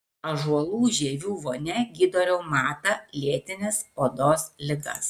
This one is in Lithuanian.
ąžuolų žievių vonia gydo reumatą lėtines odos ligas